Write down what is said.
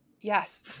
Yes